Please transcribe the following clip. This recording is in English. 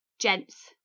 gents